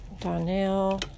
Donnell